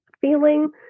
feeling